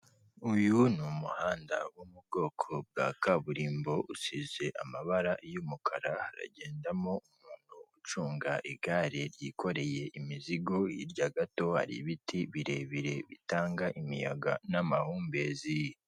Uyu ni muhanda wo mu bwoko bwa kaburimbo, usize amabara y'umukara, uragendamo umuntu ucunga igare, ryikoreye imizigo, hirya gato hari ibiti birebire, bitanga imiyaga n'amahumbezi.